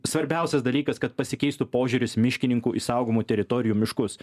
svarbiausias dalykas kad pasikeistų požiūris miškininkų į saugomų teritorijų miškus